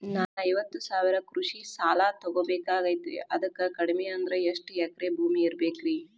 ನಾನು ಐವತ್ತು ಸಾವಿರ ಕೃಷಿ ಸಾಲಾ ತೊಗೋಬೇಕಾಗೈತ್ರಿ ಅದಕ್ ಕಡಿಮಿ ಅಂದ್ರ ಎಷ್ಟ ಎಕರೆ ಭೂಮಿ ಇರಬೇಕ್ರಿ?